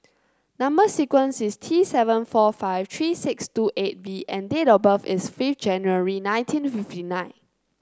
number sequence is T seven four five three six two eight V and date of birth is fifth January nineteen fifty nine